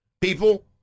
people